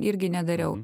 irgi nedariau